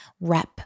Rep